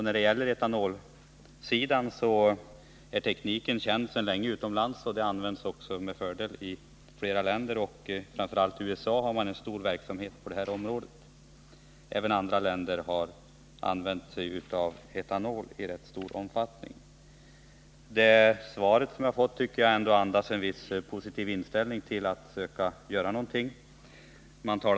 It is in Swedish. När det gäller etanol är tekniken sedan länge känd och används också i flera länder. Framför allt i USA har man en stor verksamhet på detta område. Även andra länder har använt sig av etanol i rätt stor omfattning. Jag tycker att svaret andas en positiv inställning till att söka göra någonting på det här området.